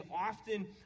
often